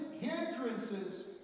hindrances